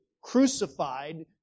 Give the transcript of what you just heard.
crucified